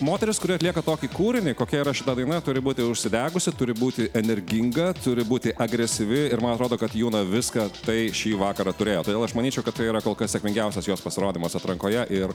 moteris kuri atlieka tokį kūrinį kokia yra šita daina turi būti užsidegusi turi būti energinga turi būti agresyvi ir man atrodo kad juna viską tai šį vakarą turėjo todėl aš manyčiau kad tai yra kol kas sėkmingiausias jos pasirodymas atrankoje ir